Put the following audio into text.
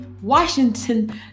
Washington